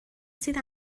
sydd